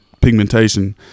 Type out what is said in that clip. pigmentation